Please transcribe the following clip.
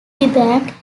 bank